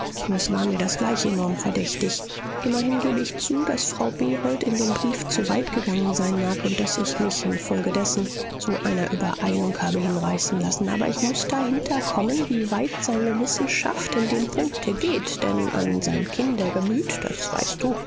es war mir das gleich enorm verdächtig immerhin gebe ich zu daß frau behold in dem brief zu weit gegangen sein mag und daß ich mich infolgedessen zu einer übereilung habe hinreißen lassen aber ich muß dahinterkommen wie weit seine wissenschaft in dem punkte geht denn an sein kindergemüt das weißt du